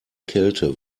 kälte